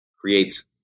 creates